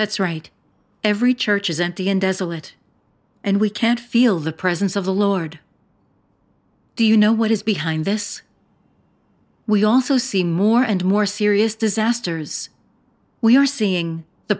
that's right every church is empty and desolate and we can't feel the presence of the lord do you know what is behind this we also see more and more serious disasters we are seeing the